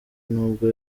nibwo